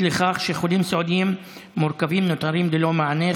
לכך שחולים סיעודיים מורכבים נותרים ללא מענה,